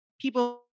people